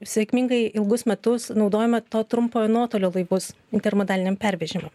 sėkmingai ilgus metus naudojome to trumpojo nuotolio laivus intermodaliniam pervežimui